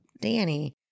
Danny